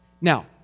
Now